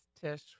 Tish